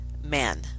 man